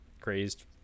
crazed